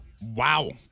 Wow